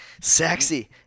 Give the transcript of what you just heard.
sexy